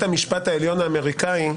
בית המשפט העליון האמריקני,